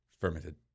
fermented